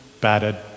battered